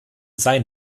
sein